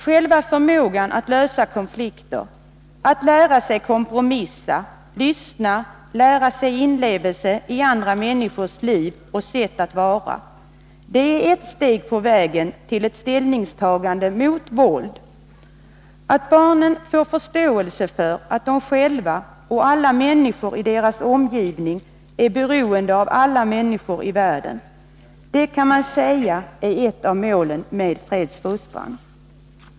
Själva förmågan att lösa konflikter, att lära sig att kompromissa, att lyssna, att lära sig inlevelse i andra människors liv och sätt att vara är ett steg på vägen till ett ställningstagande mot våld. Att barnen får förståelse för att de själva och alla människor i deras omgivning är beroende av alla människor i världen kan man säga är ett av målen för fredsfostran.